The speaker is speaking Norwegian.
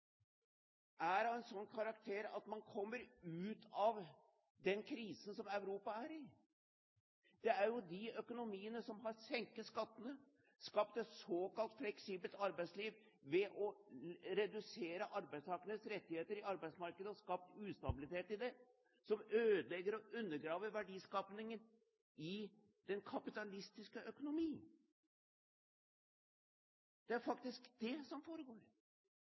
er av en sånn karakter at man kommer ut av den krisen som Europa er i? Det er jo de økonomiene som har senket skattene, skapt et såkalt fleksibelt arbeidsliv ved å redusere arbeidstakernes rettigheter i arbeidsmarkedet og skapt ustabilitet i det, som ødelegger og undergraver verdiskapingen i den kapitalistiske økonomi. Det er faktisk det som foregår.